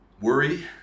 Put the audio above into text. Worry